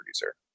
producer